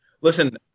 Listen